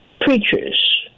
preachers